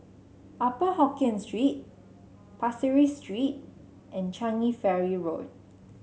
Upper Hokkien Street Pasir Ris Street and Changi Ferry Road